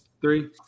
Three